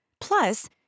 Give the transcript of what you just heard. Plus